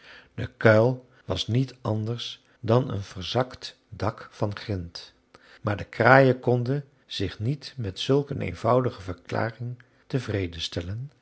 die kuil was niet anders dan een verzakt dak van grint maar de kraaien konden zich niet met zulk een eenvoudige verklaring tevreden stellen